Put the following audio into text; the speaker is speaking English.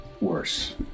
worse